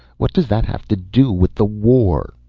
what does that have to do with the war?